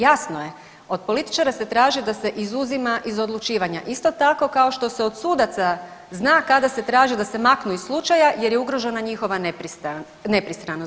Jasno je, od političara se traži da se izuzima iz odlučivanja, isto tako kao što se od Sudaca zna kada se traži da se maknu iz slučaja jer je ugrožena njihova nepristranost.